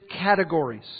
categories